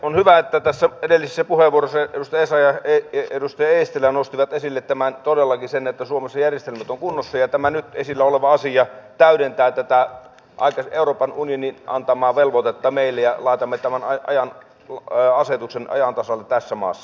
on hyvä että edellisissä puheenvuoroissa edustaja essayah ja edustaja eestilä nostivat esille todellakin sen että suomessa järjestelyt ovat kunnossa ja tämä nyt esillä oleva asia täydentää tätä euroopan unionin antamaa velvoitetta meille ja laitamme tämän asetuksen ajan tasalle tässä maassa